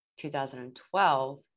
2012